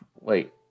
Wait